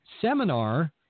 seminar